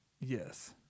Yes